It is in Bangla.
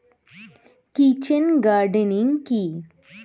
কিচেন গার্ডেনিং কি?